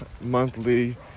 monthly